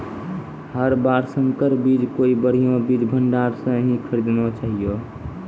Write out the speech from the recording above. हर बार संकर बीज कोई बढ़िया बीज भंडार स हीं खरीदना चाहियो